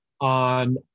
on